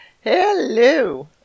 Hello